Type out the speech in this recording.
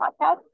podcast